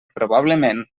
probablement